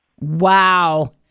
Wow